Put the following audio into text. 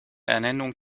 ernennung